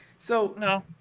so no,